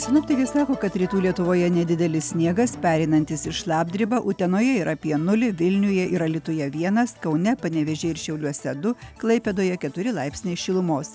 sinoptikai sako kad rytų lietuvoje nedidelis sniegas pereinantis į šlapdribą utenoje yra apie nulį vilniuje ir alytuje vienas kaune panevėžy ir šiauliuose du klaipėdoje keturi laipsniai šilumos